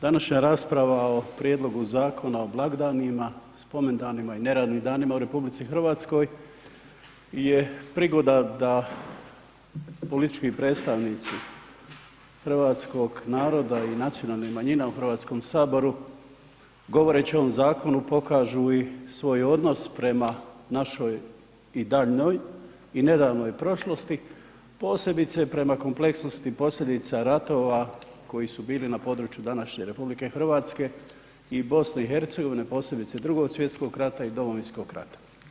Današnja rasprava o Prijedlogu Zakona o blagdanima, spomendanima i neradnim danima u RH je prigoda da politički predstavnici hrvatskog naroda i nacionalnih manjina u Hrvatskom saboru, govoreći o ovom zakonu, pokažu i svoj odnos prema našoj i daljnjoj i nedavnoj prošlosti posebice prema kompleksnosti posljedica ratova koji su bili na području današnje RH i BiH-a, posebice II. svj. rata i Domovinskog rata.